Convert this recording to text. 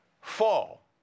Fall